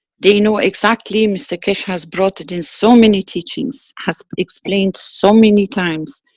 they know exactly, mr keshe has brought it in so many teachings. has explained so many times.